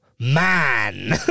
man